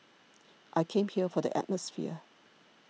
I came here for the atmosphere